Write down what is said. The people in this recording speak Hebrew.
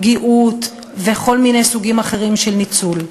פגיעות וכל מיני סוגים אחרים של ניצול.